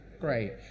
great